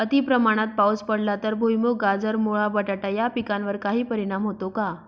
अतिप्रमाणात पाऊस पडला तर भुईमूग, गाजर, मुळा, बटाटा या पिकांवर काही परिणाम होतो का?